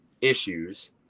issues